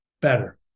better